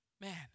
man